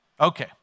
okay